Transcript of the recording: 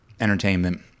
entertainment